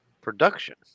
production